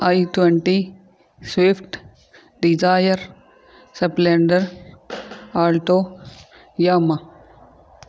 I twenty swift Dzire splendor alto Yamaha